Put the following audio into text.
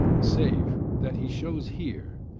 save that he shows here,